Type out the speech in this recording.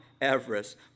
Everest